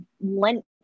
lent